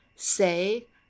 Say